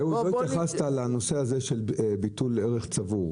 התייחסת לנושא הזה של ביטול ערך צבור.